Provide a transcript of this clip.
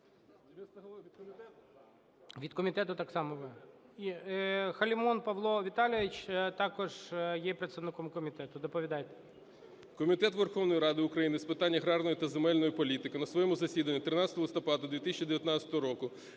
Від комітету так само ви? Халімон Павло Віталійович також є представником комітету. Доповідайте. 17:29:30 ХАЛІМОН П.В. Комітет Верховної Ради України з питань аграрної та земельної політики на своєму засіданні 13 листопада 2019 року